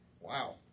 Wow